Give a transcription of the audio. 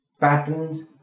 Patterns